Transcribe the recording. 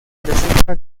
presenta